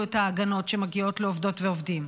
את ההגנות שמגיעות לעובדות ולעובדים.